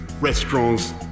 restaurants